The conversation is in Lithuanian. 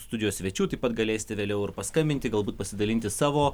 studijos svečių taip pat galėsite vėliau ir paskambinti galbūt pasidalinti savo